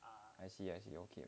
I see I see okay